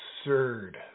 absurd